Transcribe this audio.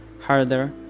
harder